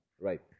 right